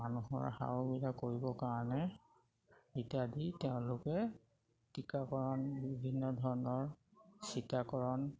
মানুহৰ সা সুবিধা কৰিবৰ কাৰণে ইত্যাদি তেওঁলোকে টীকাকৰণ বিভিন্ন ধৰণৰ চীটাকৰণ